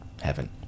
heaven